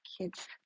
kids